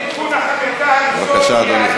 בבקשה, אדוני.